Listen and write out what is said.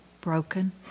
broken